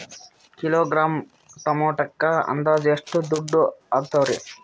Kilogram ಟೊಮೆಟೊಕ್ಕ ಅಂದಾಜ್ ಎಷ್ಟ ದುಡ್ಡ ಅಗತವರಿ?